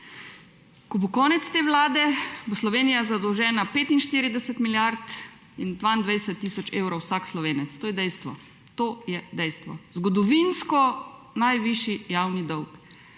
Ko bo konec te vlade, bo Slovenija zadolžena za 45 milijard in za 22 tisoč evrov vsak Slovenec, to je dejstvo. To je dejstvo. Zgodovinsko najvišji javni dolg,